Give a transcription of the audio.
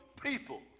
people